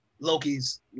Loki's